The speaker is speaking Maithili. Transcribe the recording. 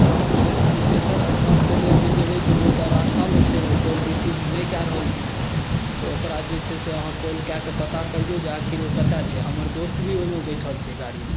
तऽ कुशेश्वर स्थानके लेल जे जेबै तऽ ओ तऽ रस्तामे छै ओ कॉल रिसीव नहि कए रहल छै तऽ ओकरा जे छै से अहाँ कॉल कए कऽ पता करियौ जे आखिर ओ कतय छै हमर दोस्त भी ओहिमे बैठल छै गाड़ीमे